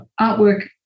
artwork